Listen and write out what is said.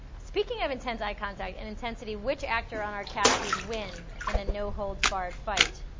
speaking of intense eye contact and intensity, which actor on our cast would win in an no holds barred fight?